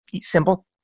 simple